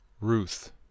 Ruth